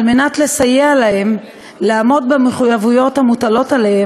על מנת לסייע להם לעמוד במחויבויות המוטלות עליהם